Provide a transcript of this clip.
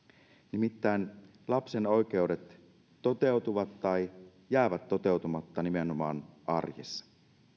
nimittäin lapsen oikeudet toteutuvat tai jäävät toteutumatta nimenomaan arjessa